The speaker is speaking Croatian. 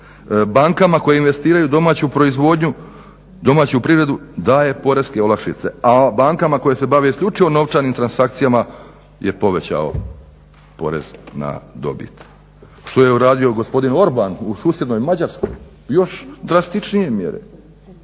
Bankama koje investiraju domaću proizvodnju, domaću privredu daje poreske olakšice, a bankama koje se bave isključivo novčanim transakcijama je povećao porez na dobit. Što je uradio gospodin Orban u susjednoj Mađarskoj? Još drastičnije mjere.